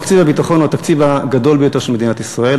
תקציב הביטחון הוא התקציב הגדול ביותר של מדינת ישראל,